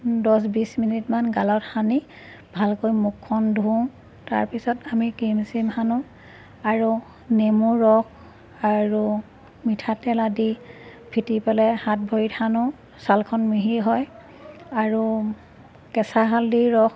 দহ বিছ মিনিটমান গালত সানি ভালকৈ মুখখন ধুওঁ তাৰপিছত আমি ক্ৰীম স্ৰিম সানোঁ আৰু নেমু ৰস আৰু মিঠাতেল আদি ফেটি পেলাই হাত ভৰিত সানোঁ ছালখন মিহি হয় আৰু কেঁচা হালধিৰ ৰস